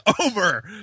over